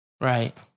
Right